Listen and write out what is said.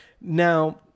Now